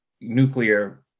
nuclear